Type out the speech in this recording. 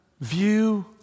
view